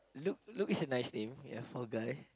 Luke Luke is a nice name ya for a guy